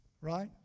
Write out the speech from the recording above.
right